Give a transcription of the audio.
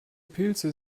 pilze